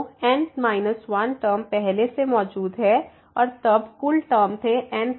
तो N 1 term पहले से मौजूद हैं और तब कुल टर्म थे n1